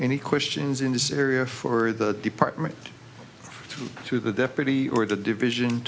any questions in this area for the department through to the deputy or the division